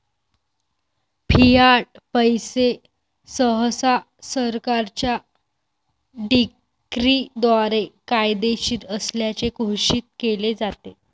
Fiat पैसे सहसा सरकारच्या डिक्रीद्वारे कायदेशीर असल्याचे घोषित केले जाते